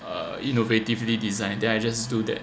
uh innovatively designed then I just do that